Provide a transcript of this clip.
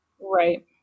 Right